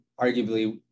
arguably